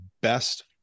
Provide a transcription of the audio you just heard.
best